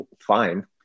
fine